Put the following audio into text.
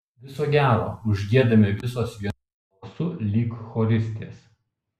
viso gero užgiedame visos vienu balsu lyg choristės